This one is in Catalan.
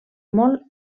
molt